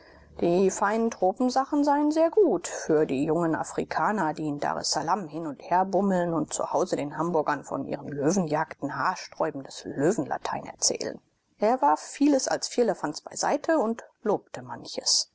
die feinen tropensachen seien sehr gut für die jungen afrikaner die in daressalam hin und her bummeln und zu hause den hamburgern von ihren löwenjagden haarsträubendes löwenlatein erzählen er warf vieles als firlefanz bei seite und lobte manches